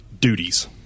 duties